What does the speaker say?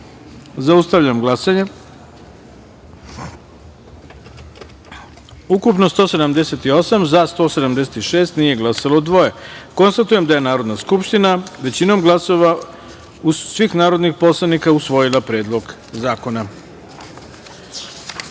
taster. Zaustavljam glasanje: ukupno - 178, za - 176, nije glasalo - dvoje. Konstatujem da je Narodna skupština većinom glasova svih narodnih poslanika usvojila Predlog zakona. Dame